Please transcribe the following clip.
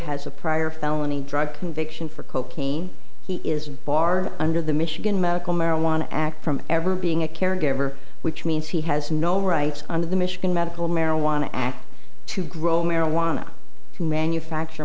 has a prior felony drug conviction for cocaine he is barred under the michigan medical marijuana act from ever being a caregiver which means he has no rights under the michigan medical marijuana act to grow marijuana to manufacture